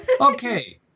Okay